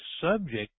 subject